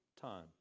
time